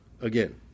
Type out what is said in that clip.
Again